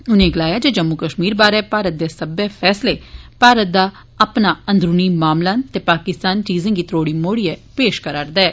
उनें गलाया जे जम्मू कश्मीर बारै भारत दे सब्बै फैसले भारत दा अपना अंदरूनी मामला न ते पाकिस्तान चीजें गी त्रोड़ी मरोड़ियै पेश करा'रदा ऐ